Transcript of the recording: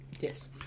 Yes